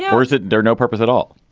yeah or is it there no purpose at all?